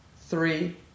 three